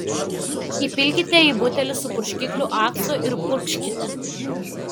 įpilkite į butelį su purškikliu acto ir purkškite